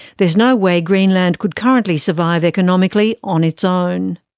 there's no way greenland could currently survive economically on its own.